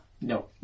No